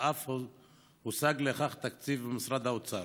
ואף הושג לכך תקציב ממשרד האוצר.